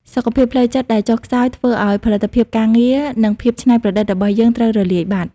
សុខភាពផ្លូវចិត្តដែលចុះខ្សោយ ធ្វើឱ្យផលិតភាពការងារ និងភាពច្នៃប្រឌិតរបស់យើងត្រូវរលាយបាត់។